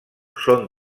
són